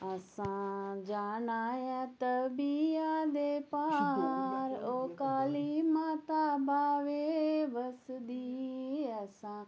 असां जाना ऐ तविया दे पार ओ काली माता बावे बसदी असां